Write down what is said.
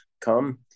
come